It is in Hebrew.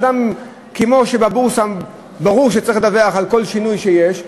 כמו שבבורסה ברור שצריך לדווח על כל שינוי שיש,